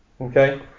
Okay